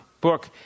book